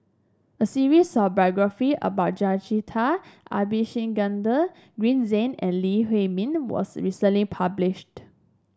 a series of biography about Jacintha Abisheganaden Green Zeng and Lee Huei Min was recently published